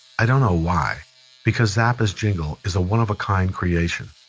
i don't know why because zappa's jingle is a one of a kind creation.